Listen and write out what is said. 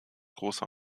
große